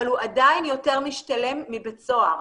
אבל הוא עדיין יותר משתלם מבית סוהר.